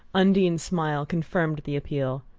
undine's smile confirmed the appeal.